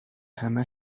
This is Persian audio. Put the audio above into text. همه